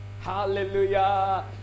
Hallelujah